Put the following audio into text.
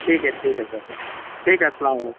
ٹھیک ہے ٹھیک ہے سر ٹھیک ہے السلام علیکم